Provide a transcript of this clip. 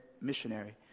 missionary